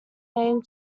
name